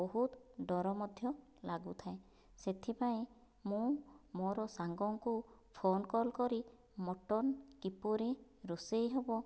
ବହୁତ ଡର ମଧ୍ୟ ଲାଗୁଥାଏ ସେଥିପାଇଁ ମୁଁ ମୋର ସାଙ୍ଗଙ୍କୁ ଫୋନ କଲ କରି ମଟନ କିପରି ରୋଷେଇ ହେବ